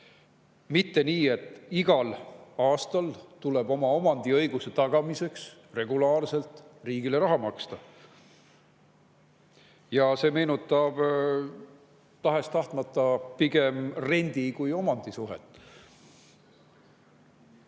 kui ta igal aastal peab oma omandiõiguse tagamiseks regulaarselt riigile raha maksma. See meenutab tahes-tahtmata pigem rendi- kui omandisuhet.